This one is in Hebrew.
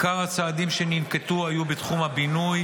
תור מספר 46 עיקר הצעדים שננקטו היו בתחום הבינוי,